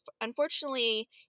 unfortunately